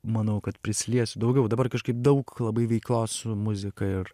manau kad prisiliesiu daugiau dabar kažkaip daug labai veiklos su muzika ir